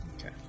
Okay